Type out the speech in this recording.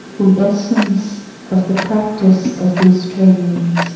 the essence of the practice of these trainings